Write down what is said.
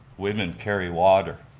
women carry water,